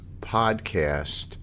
podcast